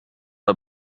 her